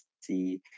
see